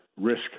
risk